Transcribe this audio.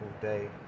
day